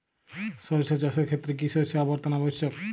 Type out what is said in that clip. সরিষা চাষের ক্ষেত্রে কি শস্য আবর্তন আবশ্যক?